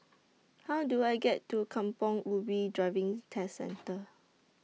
How Do I get to Kampong Ubi Driving Test Centre